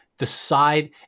decide